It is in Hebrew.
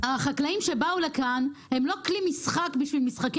החקלאים שבאו לכאן הם לא כלי משחק של משחקי